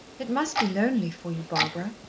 it must be lonely for you, barbara.